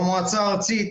במועצה הארצית.